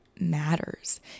matters